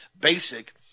basic